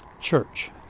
church